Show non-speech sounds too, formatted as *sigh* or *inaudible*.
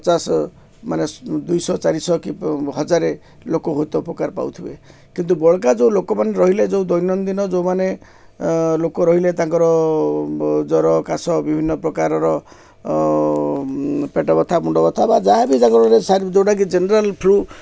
ପଚାଶ ମାନେ ଦୁଇଶହ ଚାରିଶହ କି ହଜାରେ ଲୋକ ହୁଏତ ଉପକାର ପାଉଥିବେ କିନ୍ତୁ ବଳକା ଯୋଉ ଲୋକମାନେ ରହିଲେ ଯୋଉ ଦୈନନ୍ଦିନ ଯୋଉମାନେ ଲୋକ ରହିଲେ ତାଙ୍କର ଜର କାଶ ବିଭିନ୍ନ ପ୍ରକାରର ପେଟ ବଥା ମୁୁଣ୍ଡ ବଥା ବା ଯାହା ବିି ଜାଗରେ *unintelligible* ଯୋଉଟାକି ଜେନେରାଲ ଟ୍ରୁ